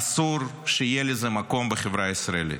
אסור שיהיה לזה מקום בחברה הישראלית.